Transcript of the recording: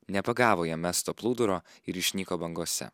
nepagavo jam mesto plūduro ir išnyko bangose